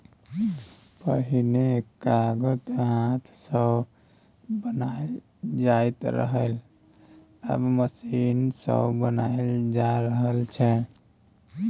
पहिने कागत हाथ सँ बनाएल जाइत रहय आब मशीन सँ बनाएल जा रहल छै